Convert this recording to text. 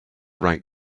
write